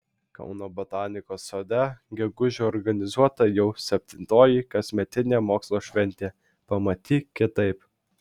kauno botanikos sode gegužę organizuota jau septintoji kasmetinė mokslo šventė pamatyk kitaip